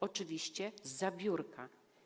Oczywiście, zza biurka.